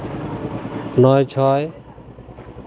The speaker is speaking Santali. ᱱᱚᱭ ᱪᱷᱚᱭ